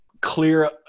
clear